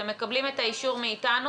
הם מקבלים את האישור מאיתנו,